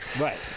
Right